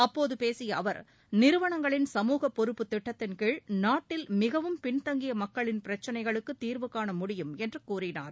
அப்போது பேசிய அவர் நிறுவனங்களின் சமூக பொறுப்பு திட்டத்தின் கீழ் நாட்டில் மிகவும் பின்தங்கிய மக்களின் பிரச்சினைகளுக்கு தீர்வுகாண முடியும் என்று கூறினார்